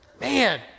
man